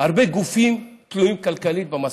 הרבה גופים תלויים כלכלית במסעות.